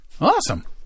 Awesome